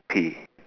P